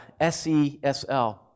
SESL